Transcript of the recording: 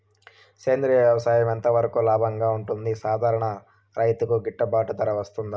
సేంద్రియ వ్యవసాయం ఎంత వరకు లాభంగా ఉంటుంది, సాధారణ రైతుకు గిట్టుబాటు ధర వస్తుందా?